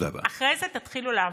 אחרי זה תתחילו לעבוד.